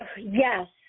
Yes